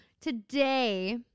Today